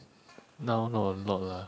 now not a lot lah